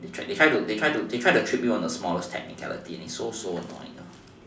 they tried they tried to they tried to trick you on the smallest technicality they are so so annoying